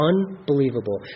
Unbelievable